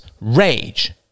rage